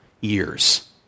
years